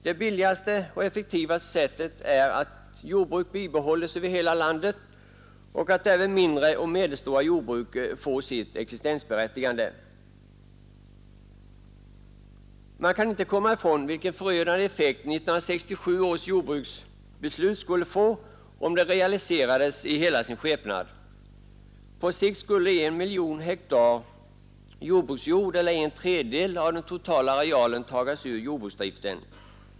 Det billigaste och effektivaste sättet är att jordbruk bibehålls över hela landet och att även mindre och medelstora jordbruk får sitt existensberättigande. Man kan inte komma ifrån vilken förödande effekt 1967 års jordbruksbeslut skulle få, om det realiserades i hela sin skepnad. På sikt skulle 1 miljon hektar jordbruksjord eller en tredjedel av den totala arealen tas ur jordbruksdriften.